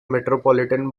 metropolitan